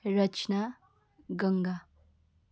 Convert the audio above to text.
Rachana Ganga